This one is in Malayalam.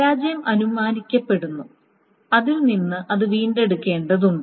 പരാജയം അനുമാനിക്കപ്പെടുന്നു അതിൽ നിന്ന് അത് വീണ്ടെടുക്കേണ്ടതുണ്ട്